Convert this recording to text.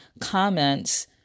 comments